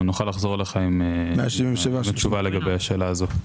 אנחנו נוכל לחזור אליכם עם תשובה לגבי השאלה הזאת.